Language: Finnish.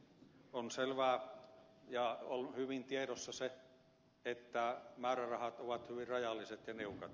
on selvää ja on hyvin tiedossa se että määrärahat ovat hyvin rajalliset ja niukat